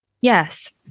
yes